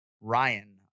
Ryan